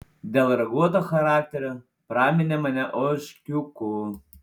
dėl raguoto charakterio praminė mane ožkiuku